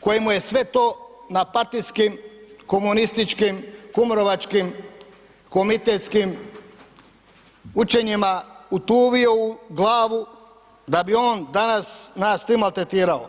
koji mu je sve to na partijskim, komunističkim, kumrovačkim, komitetskim učenjima utuvio u glavu da bi on danas nas sve maltretirao.